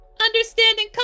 Understanding